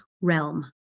realm